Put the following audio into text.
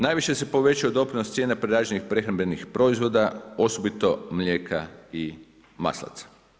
Najviše se povećao doprinos cijena prerađenih prehrambenih proizvoda osobito mlijeka i maslaca.